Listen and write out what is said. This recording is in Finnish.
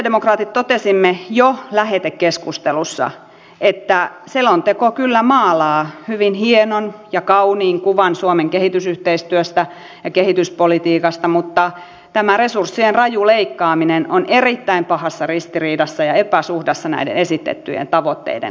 me sosialidemokraatit totesimme jo lähetekeskustelussa että selonteko kyllä maalaa hyvin hienon ja kauniin kuvan suomen kehitysyhteistyöstä ja kehityspolitiikasta mutta tämä resurssien raju leikkaaminen on erittäin pahassa ristiriidassa ja epäsuhdassa näiden esitettyjen tavoitteiden kanssa